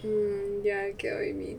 mm ya I get what you mean